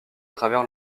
travers